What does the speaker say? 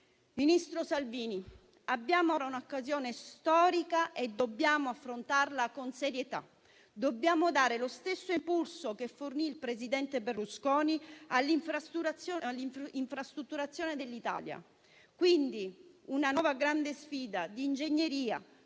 Ministro Salvini, abbiamo ora un'occasione storica e dobbiamo affrontarla con serietà. Dobbiamo dare lo stesso impulso che fornì il presidente Berlusconi all'infrastrutturazione dell'Italia. Si tratta quindi di una nuova grande sfida di ingegneria,